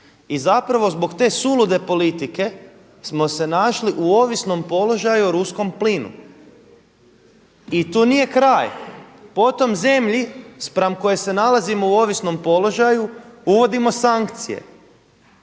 I zapravo zbog te sulude politike smo se našli u ovisnom položaju o ruskom plinu. I tu nije kraj. Potom zemlji spram koje se nalazimo u ovisnom položaju uvodimo sankcije.